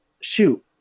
shoot